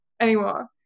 anymore